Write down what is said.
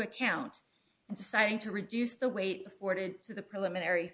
account and deciding to reduce the weight afforded to the preliminary